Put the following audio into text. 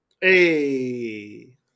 Hey